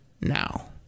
now